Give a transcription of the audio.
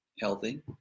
healthy